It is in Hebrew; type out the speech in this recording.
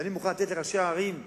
ואני מוכן לתת לראשי הערים,